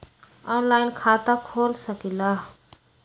Online खाता खोल सकलीह?